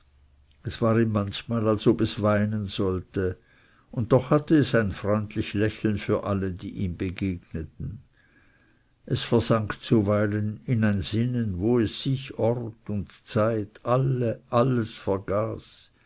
es war ihm manchmal als ob es weinen sollte und doch hatte es ein freundlich lächeln für alle die ihm begegneten es versank zuweilen in ein sinnen wo es sich ort und zeit alles alles vergaß